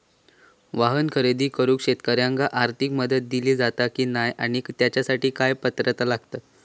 वाहन खरेदी करूक शेतकऱ्यांका आर्थिक मदत दिली जाता की नाय आणि त्यासाठी काय पात्रता लागता?